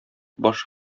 башы